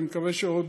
אני מקווה שזה עוד